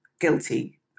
guilty